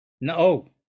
no